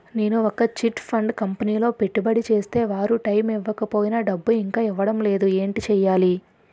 నేను ఒక chit fund కంపెనీలో పెట్టుబడి చేస్తే వారు టైమ్ ఇవ్వకపోయినా డబ్బు ఇంకా ఇవ్వడం లేదు ఏంటి చేయాలి?